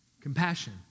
Compassion